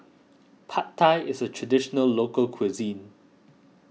Pad Thai is a Traditional Local Cuisine